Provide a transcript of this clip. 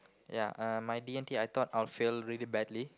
ya uh my D-and-T I thought I'll fail really badly